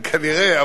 כנראה.